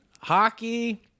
hockey